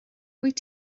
wyt